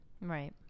Right